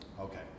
Okay